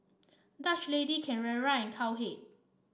Dutch Lady Carrera rain Cowhead